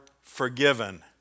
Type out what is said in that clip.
forgiven